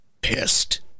pissed